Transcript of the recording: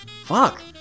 Fuck